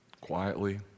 quietly